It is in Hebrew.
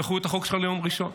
דחו את החוק שלך ליום ראשון.